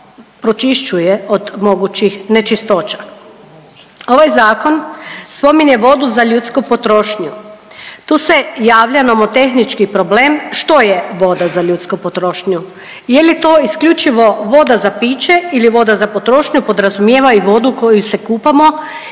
pročišćuje od mogućih nečistoća. Ovaj zakon spominje vodu za ljudsku potrošnju. Tu se javlja nomotehnički problem što je voda za ljudsku potrošnju. Je li to isključivo voda za piće ili voda za potrošnju podrazumijeva i vodu kojom se kupamo